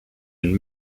and